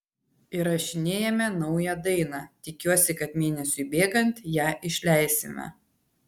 įrašinėjame naują dainą tikiuosi kad mėnesiui bėgant ją išleisime